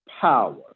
power